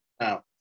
now